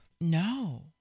No